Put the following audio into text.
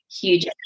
huge